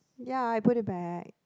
ya I put it back